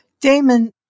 Damon